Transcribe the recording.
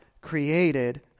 created